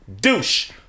douche